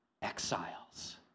Exiles